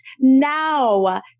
now